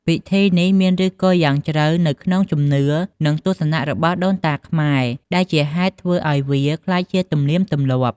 ពិធីនេះមានឫសគល់យ៉ាងជ្រៅនៅក្នុងជំនឿ និងទស្សនៈរបស់ដូនតាខ្មែរ ដែលជាហេតុធ្វើឲ្យវាក្លាយជាទំនៀមទម្លាប់។